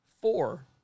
Four